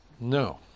No